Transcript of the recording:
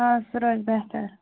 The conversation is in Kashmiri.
آ سُہ روزِ بہتر